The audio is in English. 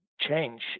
change